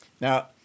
Now